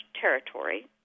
territory